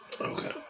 Okay